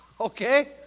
Okay